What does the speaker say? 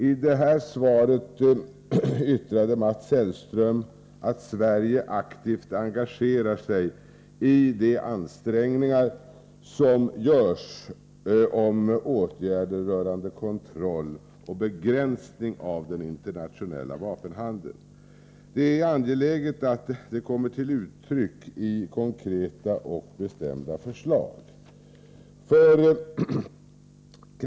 I det svaret yttrade Mats Hellström att Sverige aktivt engagerar sig i de ansträngningar som görs om åtgärder rörande kontroll och begränsning av den internationella vapenhandeln. Det är angeläget att detta kommer till uttryck i konkreta och bestämda förslag.